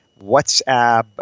WhatsApp